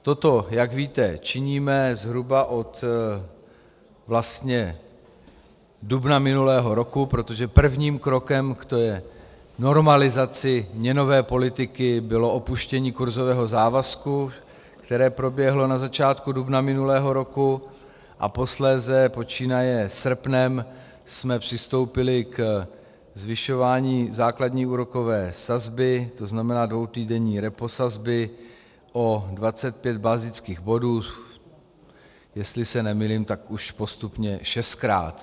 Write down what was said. Toto, jak víte, činíme zhruba od dubna minulého roku, protože prvním krokem k normalizaci měnové politiky bylo opuštění kurzového závazku, které proběhlo na začátku dubna minulého roku, a posléze počínaje srpnem jsme přistoupili ke zvyšování základní úrokové sazby, to znamená dvoutýdenní reposazby, o 25 bazických bodů, jestli se nemýlím, tak už postupně šestkrát.